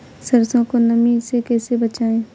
सरसो को नमी से कैसे बचाएं?